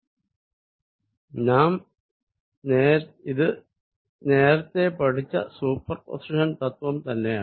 ഇത് നാം നേരത്തെ പഠിച്ച സൂപ്പർ പൊസിഷൻ തത്വം തന്നെയാണ്